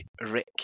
Rick